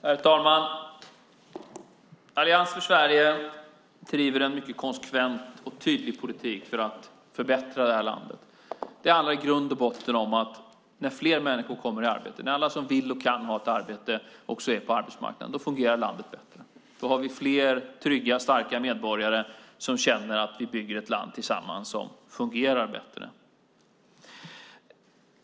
Herr talman! Allians för Sverige driver en mycket konsekvent och tydlig politik för att förbättra landet. Det handlar i grund och botten om att när fler människor kommer i arbete, när alla som vill och kan ha ett arbete också är på arbetsmarknaden, fungerar landet bättre. Då har vi fler trygga, starka medborgare som känner att vi bygger ett land tillsammans som fungerar bättre.